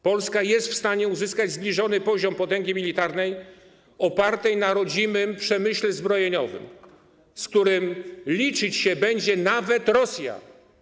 Polska jest w stanie uzyskać zbliżony poziom potęgi militarnej opartej na rodzimym przemyśle zbrojeniowym, z którym liczyć się będzie nawet Rosja.